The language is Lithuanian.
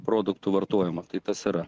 produktų vartojimą tai tas yra